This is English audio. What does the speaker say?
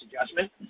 adjustment